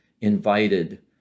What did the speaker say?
invited